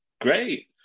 Great